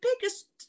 biggest